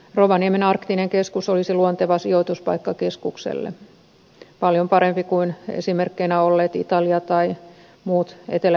rovaniemen arktinen keskus olisi luonteva sijoituspaikka keskukselle paljon parempi kuin esimerkkeinä olleet italia tai muut etelä euroopan maat